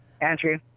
Andrew